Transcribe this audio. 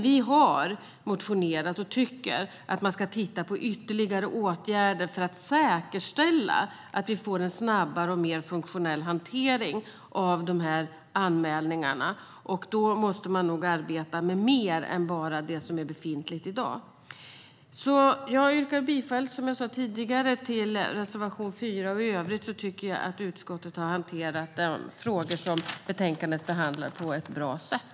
Vi har motionerat, och vi tycker att man ska titta på ytterligare åtgärder för att säkerställa att vi får en snabbare och mer funktionell hantering av anmälningarna. Då måste man nog arbeta med mer än bara det som är befintligt i dag. Jag yrkar bifall till reservation 4, som jag sa tidigare. I övrigt tycker jag att utskottet har hanterat de frågor som behandlas i betänkandet på ett bra sätt.